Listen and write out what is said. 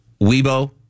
Weibo